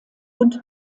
und